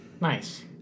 Nice